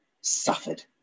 suffered